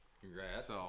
Congrats